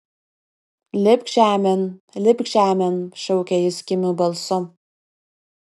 lipk žemėn lipk žemėn šaukė jis kimiu balsu